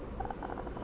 err